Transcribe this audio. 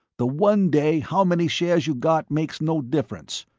the one day how many shares you got makes no difference.